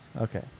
Okay